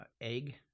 egg